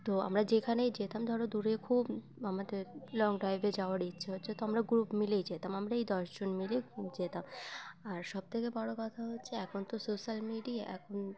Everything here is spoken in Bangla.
তো আমরা যেখানেই যেতাম ধরো দূরে খুব আমাদের লং ড্রাইভে যাওয়ার ইচ্ছো হচ্ছে তো আমরা গ্রুপ মিলেই যেতাম আমরা এই দশজন মিলে যেতাম আর সবথেকে বড়ো কথা হচ্ছে এখন তো সোশ্যাল মিডিয়া এখন